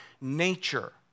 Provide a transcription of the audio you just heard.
nature